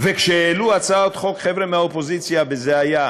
וכשהעלו הצעות חוק חבר'ה מהאופוזיציה ואלה היו